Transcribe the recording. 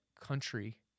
country